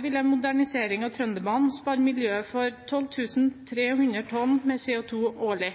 vil en modernisering av Trønderbanen spare miljøet for 12 300 tonn CO 2 årlig.